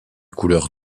couleur